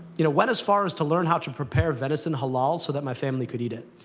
you know, went as far as to learn how to prepare venison halal so that my family could eat it.